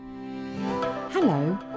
hello